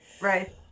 Right